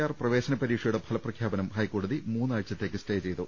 R പ്രവേശന പരീക്ഷയുടെ ഫല പ്രഖ്യാ പനം ഹൈക്കോടതി മൂന്നാഴ്ചത്തേക്ക് സ്റ്റേ ചെയ്തു